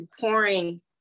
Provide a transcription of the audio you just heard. pouring